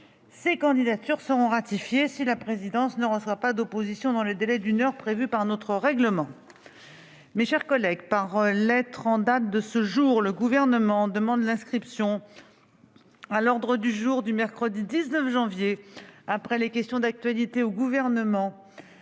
Ces candidatures seront ratifiées si la présidence ne reçoit pas d'opposition dans le délai d'une heure prévu par notre règlement. Par lettre en date de ce jour, le Gouvernement demande l'inscription à l'ordre du jour du mercredi 19 janvier prochain, après les questions d'actualité au Gouvernement,